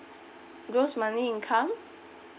gross monthly income